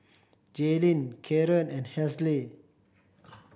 Jaylin Karon and Hazle